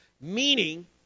meaning